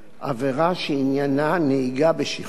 עבירה שעניינה נהיגה בשכרות